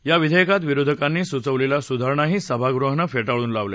या विधेयकात विरोधकांनी सुचवलेल्या सुधारणाही सभागृहानं फेटाळून लावल्या